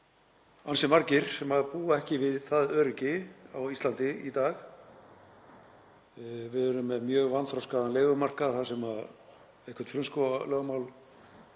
ansi margir sem búa ekki við það öryggi á Íslandi í dag. Við erum með mjög vanþroskaðan leigumarkað þar sem eitthvert frumskógarlögmál